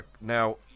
now